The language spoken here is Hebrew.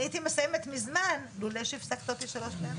אני הייתי מסיימת מזמן לולא שהפסקת אותי 3 פעמים.